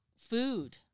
food